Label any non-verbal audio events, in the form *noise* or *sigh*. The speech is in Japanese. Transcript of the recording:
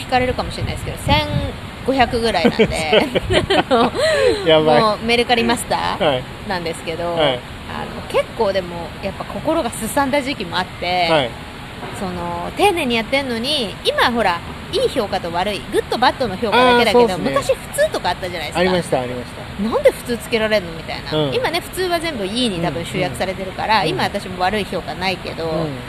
聞かれるかもしれないですけど、1500ぐらいなんで。 *laughs* *laughs* あの、やばい。もうメルカリマスターはい。なんですけど、はい。あの、結構でもやっぱ心がすさんだ時期もあって、はい。その、丁寧にやってんのに、今ほら、いい評価と悪い、グッドバッドの評価だけだけど、あー、そうっすね。昔普通とかあったじゃないですか。ありました、ありました。なんで普通つけられんの？みたいな。うん。今ね、普通は全部いいに多分集約うん、うん。されてるから、今うん。私も悪い評価ないけど、うん。